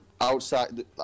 outside